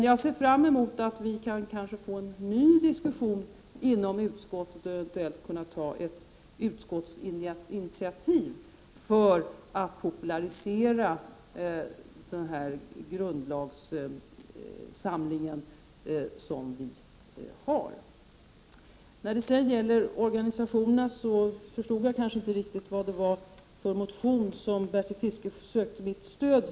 Jag ser fram emot en ny diskussion i utskottet. Kanske kan utskottet ta ett initiativ för att popularisera den samling grundlagar som vi har. När det gäller organisationerna förstod jag kanske inte riktigt vad det var för motion som Bertil Fiskesjö sökte mitt stöd för.